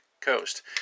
coast